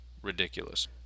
Ridiculous